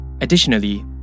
Additionally